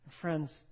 Friends